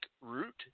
root